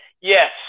Yes